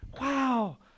Wow